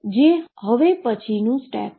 જે હવે પછીનુ સ્ટેપ છે